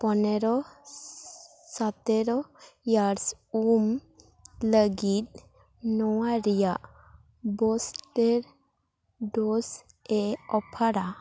ᱯᱚᱱᱮᱨᱚ ᱥᱚᱛᱮᱨᱚ ᱤᱭᱟᱨᱥ ᱩᱢ ᱞᱟᱹᱜᱤᱫ ᱱᱚᱣᱟ ᱨᱮᱭᱟᱜ ᱵᱩᱥᱴᱟᱨ ᱰᱳᱡᱽ ᱮ ᱚᱯᱷᱟᱨᱟ